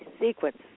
sequence